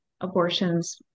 abortions